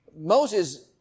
Moses